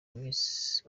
miss